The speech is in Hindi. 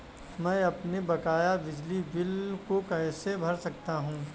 मैं अपने बकाया बिजली बिल को कैसे भर सकता हूँ?